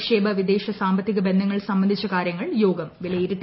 നിക്ഷേപ വിദേശ സാമ്പത്തിക ബന്ധങ്ങൾ സംബന്ധിച്ച കാര്യങ്ങൾ യോഗം വിലയിരുത്തി